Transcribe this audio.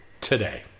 today